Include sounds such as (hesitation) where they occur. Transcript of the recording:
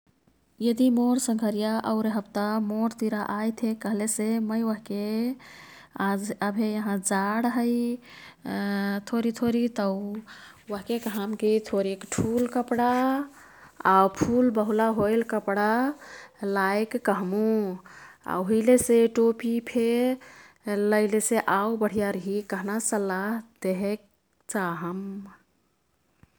यदिमोर संघरिया औरे हप्ता मोर्तिरा आइतहे कह्लेसे। मै ओह्के (unintelligible) अभे यहाँ जाड है (hesitation) थोरीथोरी। तौ ओह्के कहमकी थोरिक ठुल कपडा आऊ फुलबहुला होइल कपडा लाईक कह्मु। आऊ हुइलेसे टोपीफे लैलेसे आऊ बढीयारिही कह्ना सल्लाह देहेक चाहम।